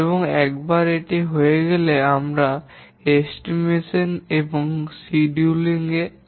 এবং একবার এটি হয়ে গেলে আমরা অনুমান এবং সিডিউল এ আসি